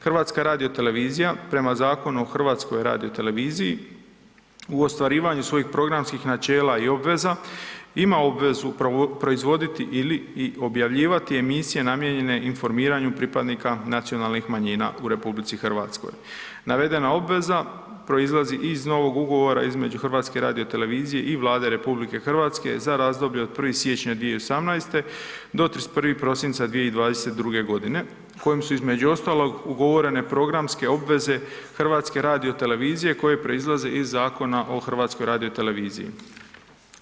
HRT prema Zakonu o HRT-u, u ostvarivanju svojih programskih načela i obveza, ima obvezu proizvoditi ili i objavljivati emisije namijenjene informiranju pripadnika nacionalnih manjina u RH. navedena obveza proizlazi iz novog ugovora između HRT-a i Vlade RH za razdoblje od 1. siječnja 2018. do 31. prosinca 2022. g. kojim su između ostalog ugovorene programske HRT-a koje proizlaze iz Zakona o HRT-u.